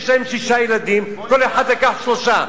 יש להם שישה ילדים, כל אחד לקח שלושה.